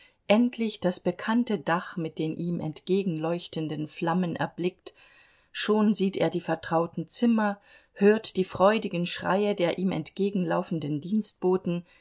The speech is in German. endlich das bekannte dach mit den ihm entgegenleuchtenden flammen erblickt schon sieht er die vertrauten zimmer hört die freudigen schreie der ihm entgegenlaufenden dienstboten